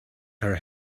her